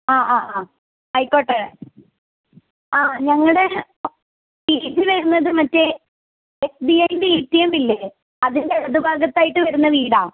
ആ ആ ആ ആയിക്കോട്ടെ ആ ഞങ്ങളുടെ പീ ജി വരുന്നത് മറ്റേ എസ് ബി ഐൻ്റെ ഏ റ്റി എമ്മില്ലേ അതിന്റെ ഇടത് ഭാഗത്തായിട്ട് വരുന്ന വീടാണ്